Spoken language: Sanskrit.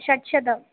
षडशतम्